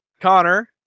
Connor